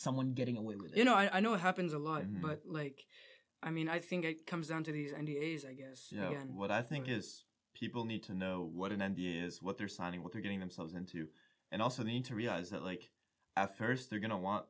someone getting away with you know i know it happens a lot and like i mean i think it comes down to these and i guess you know what i think his people need to know what an end is what they're signing what they're getting themselves into and also the into realize that like affairs they're going to want